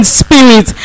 spirit